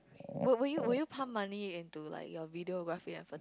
would would you would you pump money into like your videography and photo~